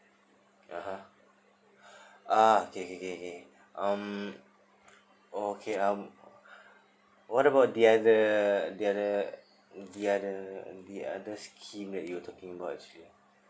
(uh huh) ah okay okay okay um okay um what about the other the other the other the other scheme that you talking about the scheme